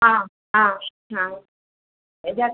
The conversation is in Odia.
ହଁ ହଁ ହଁ